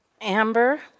Amber